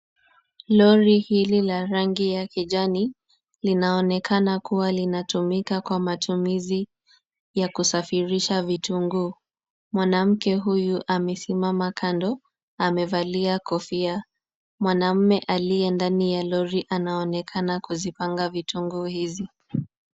Lori hili la rangi ya kijani linaonekana kuwa linatumika kwa matumizi ya kusafirisha vitunguu. Mwanamke huyu amesimama kando amevalia kofia. Mwanamume aliye ndani ya lori anaonekana kuzipanga vitunguu hizi.